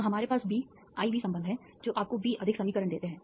तो हमारे पास B I V संबंध हैं जो आपको B अधिक समीकरण देते हैं